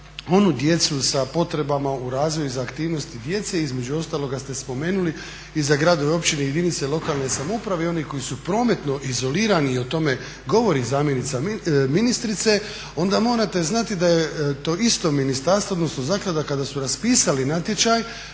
onu djecu sa potrebama u razvoju, za aktivnosti djece između ostaloga ste spomenuli i za gradove i općine, jedinice lokalne samouprave i oni koji su prometno izolirani i o tome govori zamjenica ministrice onda morate znati da je to isto ministarstvo, odnosno zaklada kada su raspisali natječaj,